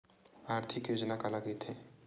आर्थिक योजना काला कइथे?